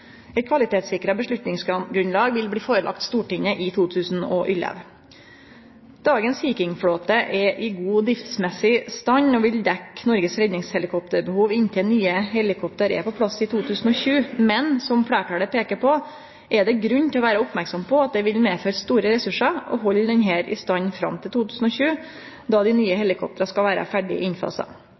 kvalitetssikra avgjerdsgrunnlag vil bli lagt fram for Stortinget i 2011. Dagens Sea King-flåte er i god driftsmessig stand og vil dekkje Noregs redningshelikopterbehov inntil nye helikopter er på plass i 2020. Men, som fleirtalet peiker på, er det grunn til å vere merksam på at det vil medføre store ressursar å halde flåten i stand fram til 2020, då dei nye helikoptra skal vere ferdig innfasa.